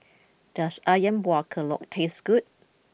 does Ayam Buah Keluak taste good